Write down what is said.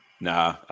Nah